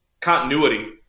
continuity